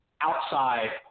outside